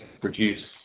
produce